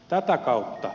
tätä kautta